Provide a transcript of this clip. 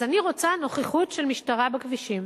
אז אני רוצה נוכחות של משטרה בכבישים